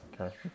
okay